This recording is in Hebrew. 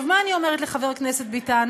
עכשיו, מה אני אומרת לחבר הכנסת ביטן